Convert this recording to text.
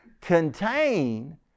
contain